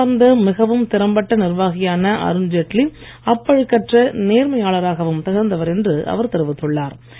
அறிவார்ந்த மிகவும் திறம்பட்ட நிர்வாகியான அருண்ஜெட்லி அப்பழுக்கற்ற நேர்மையாளராகவும் திகழ்ந்தவர் என்று அவர் தெரிவித்துள்ளார்